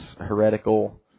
heretical